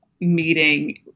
meeting